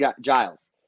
Giles